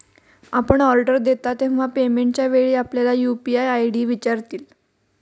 आपण ऑर्डर देता तेव्हा पेमेंटच्या वेळी आपल्याला यू.पी.आय आय.डी विचारतील